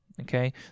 okay